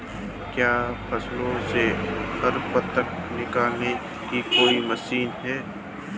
क्या फसलों से खरपतवार निकालने की कोई मशीन है?